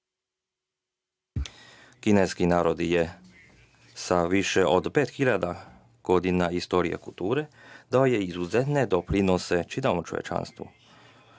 kineski narod je sa više od 5.000 godina istorije kulture dao izuzetne doprinose čitavom čovečanstvu.